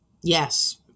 Yes